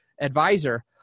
advisor